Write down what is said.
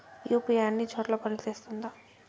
UPI అన్ని చోట్ల పని సేస్తుందా?